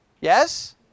Yes